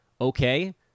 okay